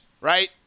right